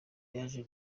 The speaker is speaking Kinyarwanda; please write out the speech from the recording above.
yaje